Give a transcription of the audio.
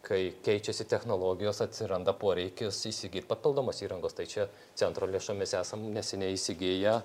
kai keičiasi technologijos atsiranda poreikis įsigyt papildomos įrangos tai čia centro lėšomis esam neseniai įsigiję